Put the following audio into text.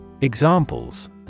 Examples